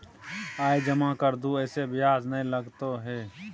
आय जमा कर दू ऐसे ब्याज ने लगतै है?